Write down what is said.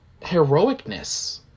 heroicness